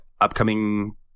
upcoming